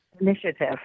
initiative